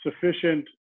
sufficient